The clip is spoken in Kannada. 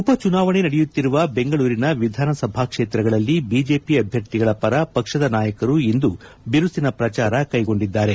ಉಪಚುನಾವಣೆ ನಡೆಯುತ್ತಿರುವ ಬೆಂಗಳೂರಿನ ವಿಧಾನಸಭಾ ಕ್ಷೇತ್ರಗಳಲ್ಲಿ ಬಿಜೆಪಿ ಅಭ್ಯರ್ಥಿಗಳ ಪರ ಪಕ್ಷದ ನಾಯಕರು ಇಂದು ಬಿರುಸಿನ ಪ್ರಚಾರ ಕೈಗೊಂಡಿದ್ದಾರೆ